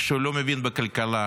שהוא לא מבין בכלכלה,